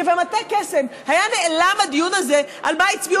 כבמטה קסם היה נעלם הדיון הזה על מה הצביעו